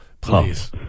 Please